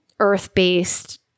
Earth-based